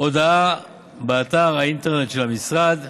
הודעה באתר האינטרנט של המשרד,